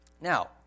Now